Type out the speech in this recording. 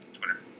Twitter